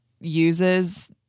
uses